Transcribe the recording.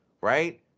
right